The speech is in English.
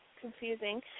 confusing